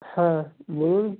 হ্যাঁ বলুন